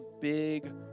big